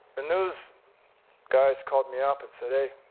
the news guys called me up, and said, hey,